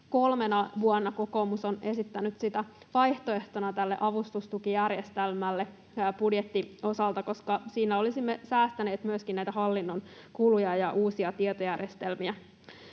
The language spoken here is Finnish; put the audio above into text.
Kolmena vuonna kokoomus on esittänyt sitä vaihtoehtona avustustukijärjestelmälle, koska siinä olisimme säästäneet myöskin näitä hallinnon kuluja ja uusia tietojärjestelmiä.